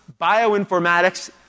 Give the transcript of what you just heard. Bioinformatics